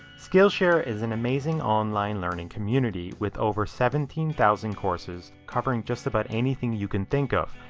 skillshare is an amazing online learning community with over seventeen thousand courses covering just about anything you can think of,